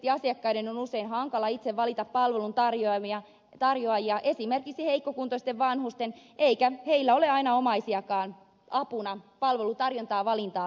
tosiasiallisesti asiakkaiden on usein hankala itse valita palveluntarjoajia esimerkiksi heikkokuntoisten vanhusten eikä heillä ole aina omaisiakaan apuna palvelutarjonnasta valintaa tehtäessä